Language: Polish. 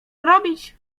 robić